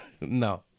No